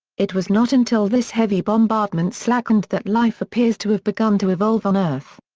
it was not until this heavy bombardment slackened that life appears to have begun to evolve on earth.